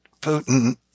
Putin